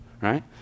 right